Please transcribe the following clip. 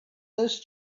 this